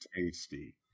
tasty